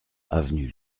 avenue